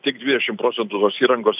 tik dvidešim procentų tos įrangos